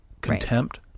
contempt